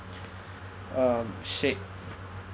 um shake